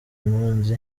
impunzi